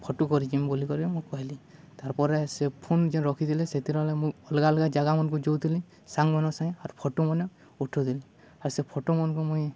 photo କରିଛି ମୁଁ ବୋଲି କରି ମୁଁ କହିଲି ତାର୍ ପରେ ସେ ଫୋନ୍ ଯେନ୍ ରଖିଥିଲେ ସେଥିର ନହେଲେ ମୁଁ ଅଲଗା ଅଲଗା ଜାଗା ମାନଙ୍କୁ ଯୋଉଥିଲି ସାଙ୍ଗମାନଙ୍କ ସାଙ୍ଗେ ଆର୍ ଫଟୋ ମାନେ ଉଠଉଥିଲି ଆର୍ ସେ ଫଟୋମାନଙ୍କୁ ମୁଇଁ